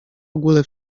ogóle